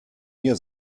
mir